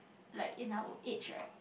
like in our age right